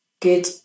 good